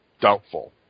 Doubtful